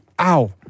ow